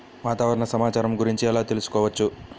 వాతావరణ సమాచారము గురించి ఎలా తెలుకుసుకోవచ్చు?